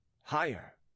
higher